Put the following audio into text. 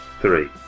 three